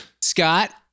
Scott